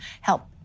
help